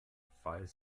falls